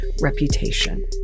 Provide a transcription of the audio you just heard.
reputation